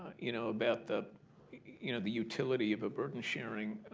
you know, about the you know the utility of a burden sharing-that